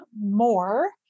more